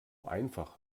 einfach